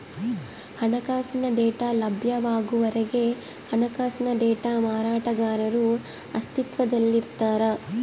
ಹಣಕಾಸಿನ ಡೇಟಾ ಲಭ್ಯವಾಗುವವರೆಗೆ ಹಣಕಾಸಿನ ಡೇಟಾ ಮಾರಾಟಗಾರರು ಅಸ್ತಿತ್ವದಲ್ಲಿರ್ತಾರ